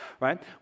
right